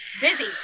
busy